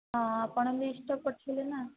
ହଁ ଆପଣ ଲିଷ୍ଟ୍ଟା ପଠାଇବେ ନା